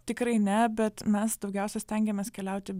tikrai ne bet mes daugiausia stengiamės keliauti